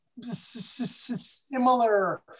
similar